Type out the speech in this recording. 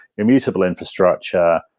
immutable infrastructure,